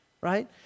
right